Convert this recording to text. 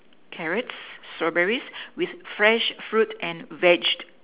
carrots strawberries with fresh fruit and vege